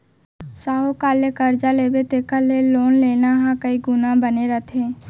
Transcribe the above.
साहूकार ले करजा लेबे तेखर ले लोन लेना ह कइ गुना बने होथे